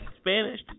Spanish